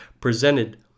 presented